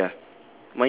mm ya